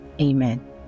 Amen